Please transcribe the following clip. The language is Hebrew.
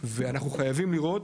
ואנחנו חייבים לראות,